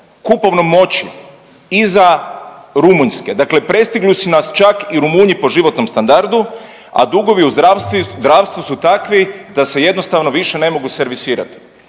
kupovnom moći iza Rumunjske, dakle prestigli su nas čak i Rumunji po životnom standardu, a dugovi u zdravstvu su takvi da se jednostavno više ne mogu servisirat.